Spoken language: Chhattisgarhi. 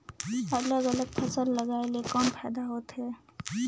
अलग अलग फसल लगाय ले कौन फायदा होथे?